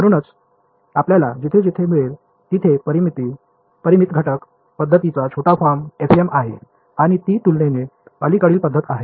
म्हणूनच आपल्याला जिथे जिथेही मिळेल तिथे परिमित घटक पद्धतीचा छोटा फॉर्म FEM आहे आणि ती तुलनेने अलीकडील पद्धत आहे